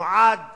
ונועד